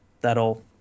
that'll